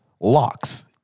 locks